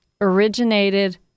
Originated